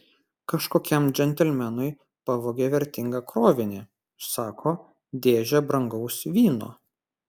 kažkokiam džentelmenui pavogė vertingą krovinį sako dėžę brangaus vyno